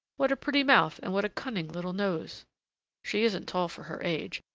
what a pretty mouth and what a cunning little nose she isn't tall for her age,